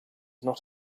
not